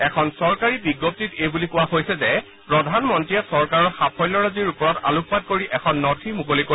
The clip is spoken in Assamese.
এখন চৰকাৰী বিজ্ঞপ্তিত এই বুলি কোৱা হৈছে যে প্ৰধানমন্ত্ৰীয়ে চৰকাৰৰ সাফল্যৰাজীৰ ওপৰত আলোকপাত কৰি এখন নথি মুকলি কৰিব